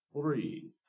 three